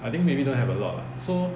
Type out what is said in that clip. I think maybe don't have a lot lah so